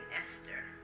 Esther